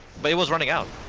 day was running out